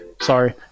Sorry